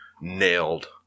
nailed